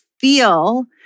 feel